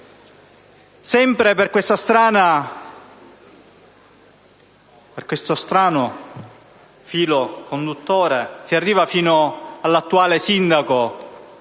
Sempre per questo strano filo conduttore si arriva fino all'attuale sindaco